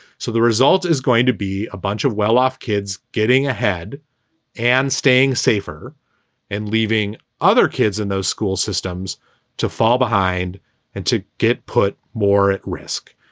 so the result is going to be a bunch of well-off kids getting ahead and staying safer and leaving other kids in those school systems to fall behind and to get put more risk.